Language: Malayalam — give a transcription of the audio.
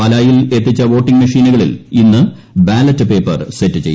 പാലായിൽ എത്തിച്ച വോട്ടിംഗ് മെഷീനുകളിൽ ഇന്ന് ബാലറ്റ് പേപ്പർ സെറ്റ് ചെയ്യും